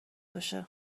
باشه